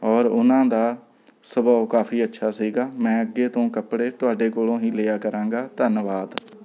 ਔਰ ਉਨ੍ਹਾਂ ਦਾ ਸੁਭਾਅ ਕਾਫ਼ੀ ਅੱਛਾ ਸੀਗਾ ਮੈਂ ਅੱਗੇ ਤੋਂ ਕੱਪੜੇ ਤੁਹਾਡੇ ਕੋਲ਼ੋਂ ਹੀ ਲਿਆ ਕਰਾਂਗਾ ਧੰਨਵਾਦ